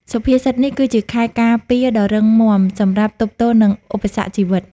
សុភាសិតនេះគឺជាខែលការពារដ៏រឹងមាំសម្រាប់ទប់ទល់នឹងឧបសគ្គជីវិត។